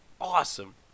awesome